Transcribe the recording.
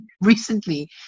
recently